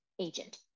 agent